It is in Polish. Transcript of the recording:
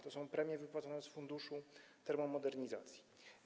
To są premie wypłacane z funduszu termomodernizacji.